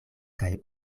kaj